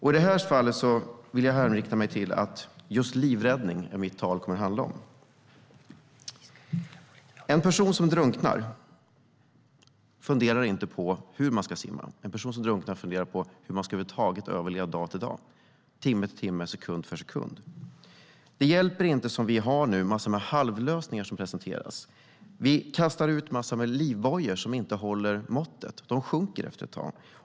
I det här fallet vill jag hänvisa till att just livräddning är det som mitt anförande kommer att handla om. En person som drunknar funderar inte på hur man ska simma. En person som drunknar funderar på hur man över huvud taget ska överleva dag från dag, timme för timme, sekund för sekund. Det hjälper inte med det vi har nu, massor med halvlösningar som presenteras. Vi kastar ut en massa livbojar som inte håller måttet. De sjunker efter ett tag.